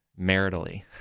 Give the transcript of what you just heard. maritally